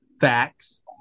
Facts